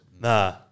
Nah